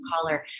collar